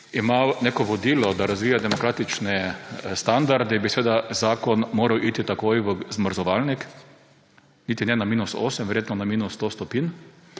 ima neko vodilo, da razvija demokratične standarde, bi seveda zakon moral iti takoj v zmrzovalnik, pa ne na minus 8, verjetno na minus 100 stopinj;